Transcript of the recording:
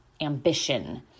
ambition